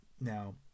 now